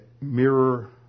mirror